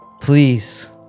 please